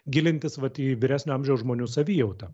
gilintis vat į vyresnio amžiaus žmonių savijautą